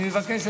אני מבקש,